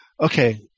Okay